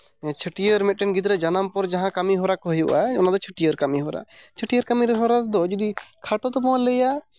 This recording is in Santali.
ᱪᱷᱟᱹᱴᱭᱟᱹᱨ ᱢᱤᱫᱴᱮᱱ ᱜᱤᱫᱽᱨᱟᱹ ᱡᱟᱱᱟᱢ ᱯᱚᱨ ᱡᱟᱦᱟᱸ ᱠᱟᱹᱢᱤᱦᱚᱨᱟ ᱠᱚ ᱦᱩᱭᱩᱜᱼᱟ ᱚᱱᱟ ᱫᱚ ᱪᱷᱟᱹᱴᱭᱟᱹᱨ ᱠᱟᱹᱢᱤᱦᱚᱨᱟ ᱪᱷᱟᱹᱴᱭᱟᱹᱨ ᱠᱟᱹᱢᱤᱦᱚᱨᱟ ᱫᱚ ᱡᱩᱫᱤ ᱠᱷᱚᱴᱚ ᱛᱮᱵᱚᱱ ᱞᱟᱹᱭᱟ